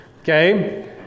Okay